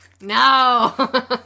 no